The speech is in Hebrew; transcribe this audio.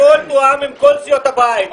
הכול תואם עם כל סיעות הבית,